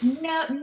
no